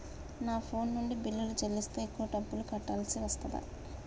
నా ఫోన్ నుండి బిల్లులు చెల్లిస్తే ఎక్కువ డబ్బులు కట్టాల్సి వస్తదా?